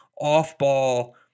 off-ball